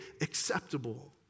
acceptable